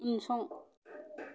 उनसं